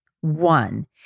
One